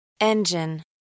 Engine